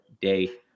day